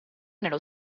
nello